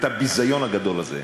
את הביזיון הגדול הזה.